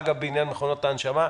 בין היתר בעניין מכונות ההנשמה.